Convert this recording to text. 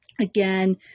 Again